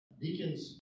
Deacons